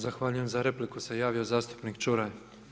Zahvaljujem, za repliku se javio zastupnik Čuraj.